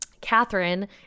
Catherine